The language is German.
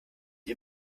mit